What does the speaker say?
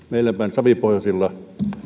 savipohjaisilla